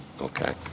okay